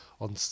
on